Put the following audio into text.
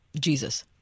Jesus